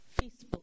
Facebook